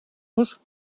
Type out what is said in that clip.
nos